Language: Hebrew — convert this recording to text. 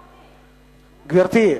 גברתי.